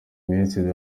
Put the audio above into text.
minsi